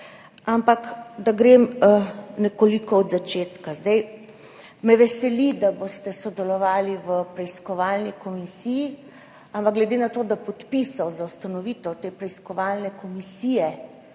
Ampak da grem nekoliko od začetka. Veseli me, da boste sodelovali v preiskovalni komisiji, ampak glede na to, da podpisov za ustanovitev te preiskovalne komisije